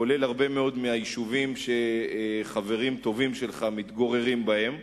בכלל זה הרבה מאוד מהיישובים שחברים טובים שלך מתגוררים בהם.